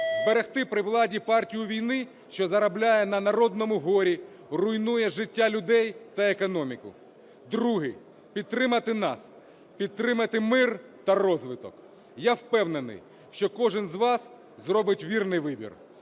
зберегти при владі партію війни, що заробляє на народному горі, руйнує життя людей та економіку. Другий – підтримати нас, підтримати мир та розвиток. Я впевнений, що кожен з вас зробить вірний вибір.